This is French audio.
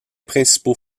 principaux